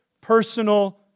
personal